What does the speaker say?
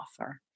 offer